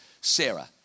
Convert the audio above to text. Sarah